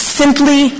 simply